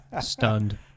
stunned